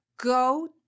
Go